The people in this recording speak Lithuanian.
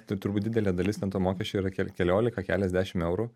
tai turbūt didelė dalis ten to mokesčio mokesčio yra ke keliolika keliasdeši eurų